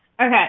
Okay